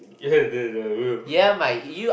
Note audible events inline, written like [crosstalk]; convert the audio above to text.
ya yes I will [breath]